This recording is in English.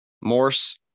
Morse